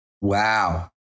Wow